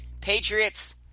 Patriots